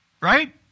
right